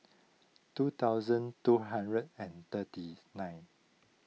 two thousand two hundred and thirty nine